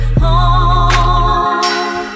home